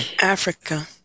Africa